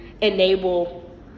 enable